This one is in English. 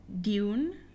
Dune